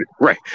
right